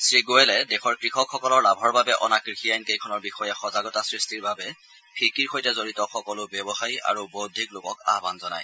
শ্ৰীগোৱেলে দেশৰ কৃষকসকলৰ লাভৰ বাবে অনা কৃষি আইন কেইখনৰ বিষয়ে সজাগতা সৃষ্টিৰ বাবে ফিকিৰ সৈতে জড়িত সকলো ব্যৱসায়ী আৰু বৌদ্ধিক লোকক আহান জনায়